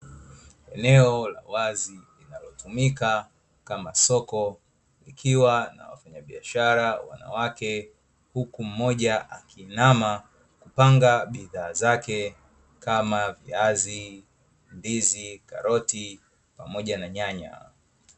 Eneo la wazi linalotumika kama soko likiwa na wafanya biashara wanawake, huku mmoja akiinama kupanga bidhaa zake kama viazi, ndizi, karoti pamoja na nyanya.